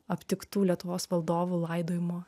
aptiktų lietuvos valdovų laidojimo